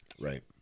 Right